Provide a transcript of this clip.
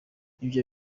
ibyo